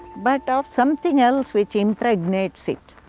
but of something else which impregnates it.